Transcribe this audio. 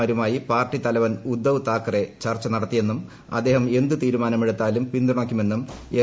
മാരുമായി party തലവൻ ഉദ്ദവ് താക്കറെ ചർച്ച് നടത്തിയെന്നും അദ്ദേഹം എന്ത് തീരുമാനമെടുത്താലും പിന്തുണയ്ക്കുമെന്നും എം